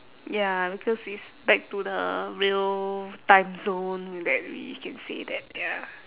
ya because it's back to the real time so that we can say that ya